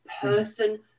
person